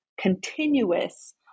continuous